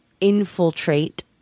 infiltrate